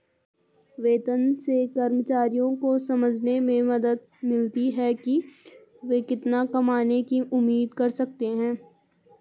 वेतन से कर्मचारियों को समझने में मदद मिलती है कि वे कितना कमाने की उम्मीद कर सकते हैं